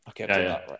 Okay